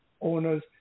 owners